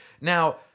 Now